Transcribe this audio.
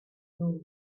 know